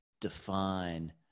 define